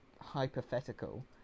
hypothetical